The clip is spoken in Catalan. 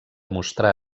mostrar